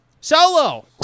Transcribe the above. Solo